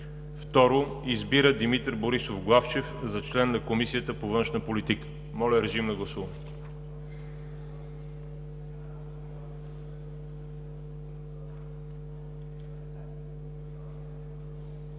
2. Избира Димитър Борисов Главчев за член на Комисията по външна политика.“ Моля да гласуваме.